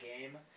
game